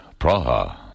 Praha